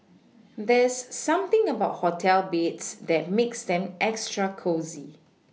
there's something about hotel beds that makes them extra cosy